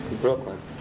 Brooklyn